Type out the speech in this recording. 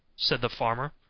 said the farmer.